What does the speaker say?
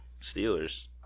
Steelers